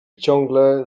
ciągle